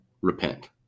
repent